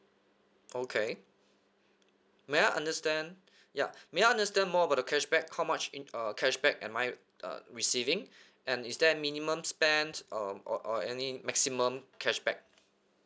okay may I understand ya may I understand more about the cashback how much in uh cashback am I uh receiving and is there a minimum spend of or or any maximum cashback